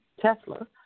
Tesla